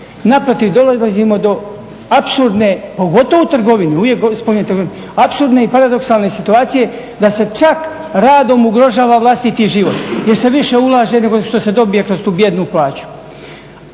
naprotiv dolazimo do apsolutne pogotovo u trgovinu, apsolutne i paradoksalne situacije da se čak radom ugrožava vlastiti život jer se više ulaže nego što se dobije kroz tu bijednu plaću.